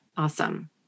Awesome